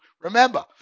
Remember